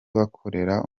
bakorera